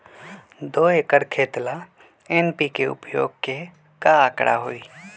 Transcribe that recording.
दो एकर खेत ला एन.पी.के उपयोग के का आंकड़ा होई?